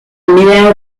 mila